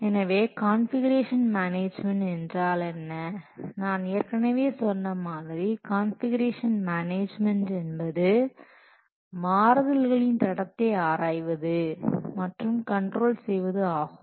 எனவே configuration management என்றால் என்ன நான் ஏற்கனவே சொன்ன மாதிரி கான்ஃபிகுரேஷன் மேனேஜ்மென்ட் என்பது மாறுதல்களின் தடத்தை ஆராய்வது மற்றும் கண்ட்ரோல் செய்வது ஆகும்